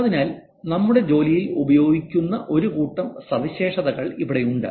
അതിനാൽ നമ്മുടെ ജോലിയിൽ ഉപയോഗിക്കുന്ന ഒരു കൂട്ടം സവിശേഷതകൾ ഇവിടെയുണ്ട്